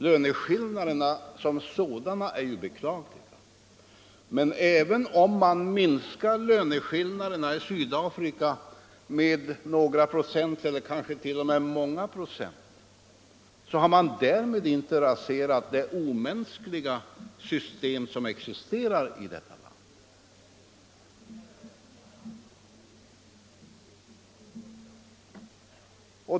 Löneskillnaderna som sådana är beklagliga, men även om man minskar löneskillnaderna i Sydafrika med några, eller kanske många, procent har man därmed inte raserat det omänskliga system som existerar i detta land.